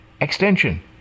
Extension